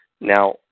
Now